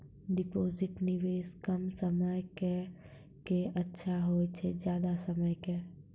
Deposit निवेश कम समय के के अच्छा होय छै ज्यादा समय के?